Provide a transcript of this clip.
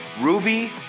Ruby